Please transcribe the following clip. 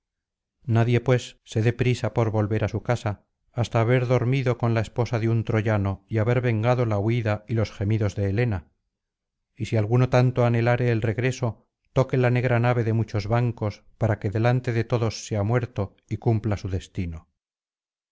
nadie pues se dé prisa por volver a su casa hasta haber dormido con la esposa de un troyano y haber vengado la huida y los gemidos de helena y si alguno tanto anhelare el regreso toque la negra nave de muchos bancos para que delante de todos sea muerto y cumpla su destino